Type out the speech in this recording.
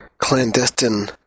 clandestine